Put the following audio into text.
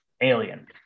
alien